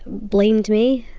blamed me.